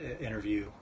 interview